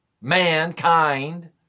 mankind